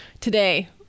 today